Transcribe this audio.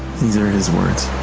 these are his words